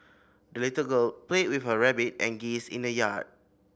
the little girl played with her rabbit and geese in the yard